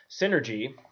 synergy